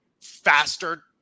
faster